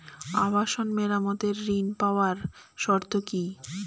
আবাসন মেরামতের ঋণ পাওয়ার শর্ত কি?